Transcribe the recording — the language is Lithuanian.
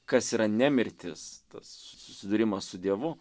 kas yra ne mirtis tas susidūrimas su dievu